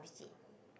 visit